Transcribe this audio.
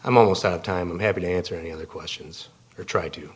i'm almost out of time i'm happy to answer any other questions or try to